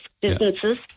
businesses